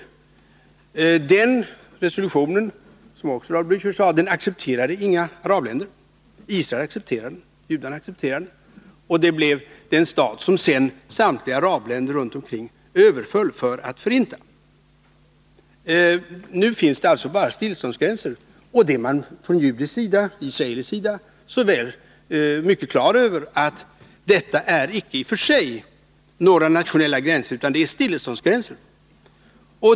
Inga arabländer accepterade den resolutionen, som Raul Blächer också sade. Judarna accepterade den, och Israel blev den stat som sedan samtliga arabländer runt omkring överföll för att förinta. Nu finns det alltså bara stilleståndsgränser. Och man är från israelisk sida mycket klar över att det i och för sig icke är några nationella gränser utan stilleståndsgränser.